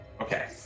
Okay